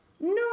No